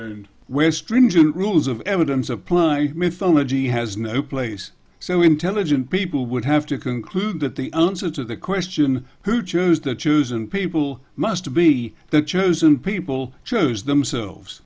and where stringent rules of evidence apply mythology has no place so intelligent people would have to conclude that the answer to the question who chose the chosen people must be the chosen people chose themselves